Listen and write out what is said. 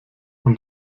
und